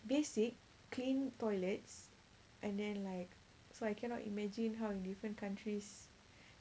basic clean toilets and then like so I cannot imagine how different countries